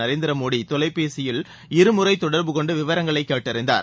நரேந்திர மோடி தொலைபேசியில் இருமுறை தொடர்பு கொண்டு விவரங்களை கேட்டறிந்தார்